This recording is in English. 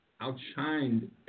outshined